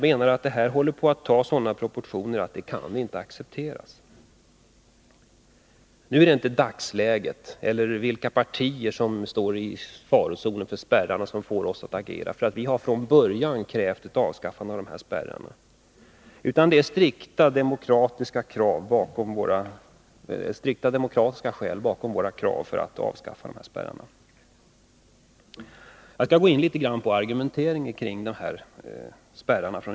Detta förhållande håller på att få sådana proportioner att det inte kan accepteras. Nu är det emellertid inte dagsläget eller vilka partier som befinner sig i farozonen för spärrarna som får oss att agera. Vi har från början krävt ett avskaffande av dessa spärrar. Det finns strikta demokratiska skäl bakom våra krav på ett avskaffande av spärrarna. Jag skall gå in något på utskottets argumentering för dessa spärrar.